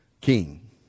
king